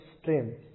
stream